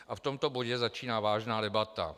A v tomto bodě začíná vážná debata.